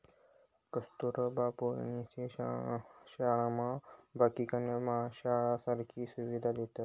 कस्तुरबा पोरीसनी शाळामा बाकीन्या शाळासारखी सुविधा देतस